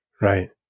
right